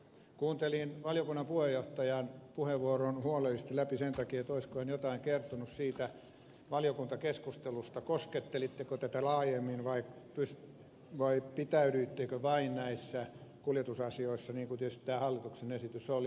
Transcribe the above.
kuuntelin valiokunnan puheenjohtajan puheenvuoron huolellisesti läpi sen takia olisiko hän jotain kertonut siitä valiokuntakeskustelusta koskettelitteko tätä laajemmin vai pitäydyittekö vain näissä kuljetusasioissa niin kuin tietysti tämä hallituksen esitys oli